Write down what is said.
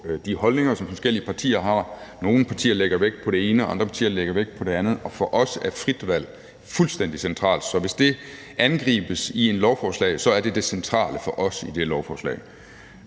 de holdninger, som de forskellige partier har. Nogle partier lægger vægt på det ene, og andre partier lægger vægt på det andet, og for os er frit valg fuldstændig centralt, så hvis det angribes i et lovforslag, som i det her lovforslag,